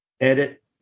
edit